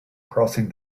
crossing